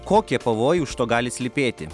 kokie pavojai už to gali slypėti